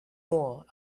more